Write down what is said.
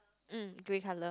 mm grey colour